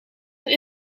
een